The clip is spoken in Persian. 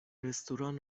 رستوران